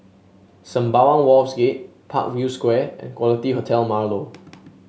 Sembawang Wharves Gate Parkview Square and Quality Hotel Marlow